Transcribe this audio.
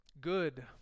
Good